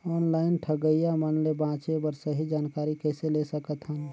Online ठगईया मन ले बांचें बर सही जानकारी कइसे ले सकत हन?